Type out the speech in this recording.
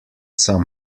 some